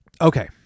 Okay